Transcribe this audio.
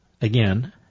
again